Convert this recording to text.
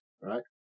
right